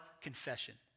confession